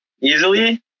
easily